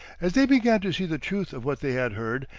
as they began to see the truth of what they had heard,